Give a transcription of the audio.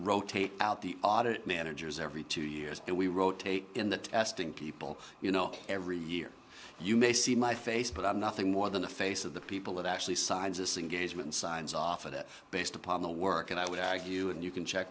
rotate out the audit managers every two years that we rotate in the testing people you know every year you may see my face but i'm nothing more than a base of the people that actually signs us engagement signs off of it based upon the work and i would argue and you can check